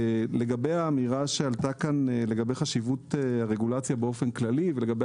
לגבי האמירה שעלתה כאן לגבי חשיבות הרגולציה באופן כללי ולגבי